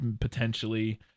potentially